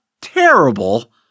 terrible